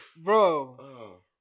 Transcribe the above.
Bro